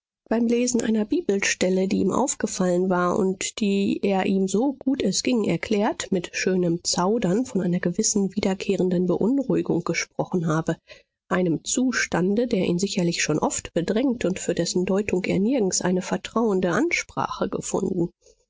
beim lesen einer bibelstelle die ihm aufgefallen war und die er ihm so gut es ging erklärt mit schönem zaudern von einer gewissen wiederkehrenden beunruhigung gesprochen habe einem zustande der ihn sicherlich schon oft bedrängt und für dessen deutung er nirgends eine vertrauende ansprache gefunden